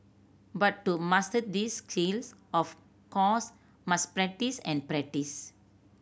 but to master these skills of course must practise and practise